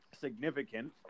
significant